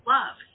love